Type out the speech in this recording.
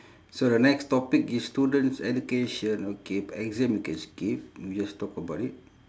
so the next topic is students' education okay exam we can skip we just talk about it